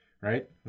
Right